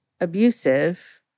abusive